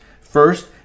First